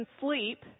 sleep